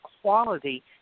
quality